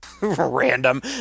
Random